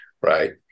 right